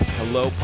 hello